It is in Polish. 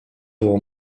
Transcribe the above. było